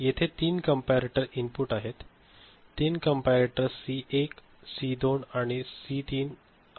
येथे तीन comparator input आहेत तीन कंपॅरेटर सी 1 सी 2 आणि सी तीन 3